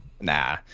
Nah